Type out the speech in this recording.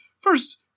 first